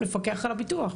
לפקח על הביטוח.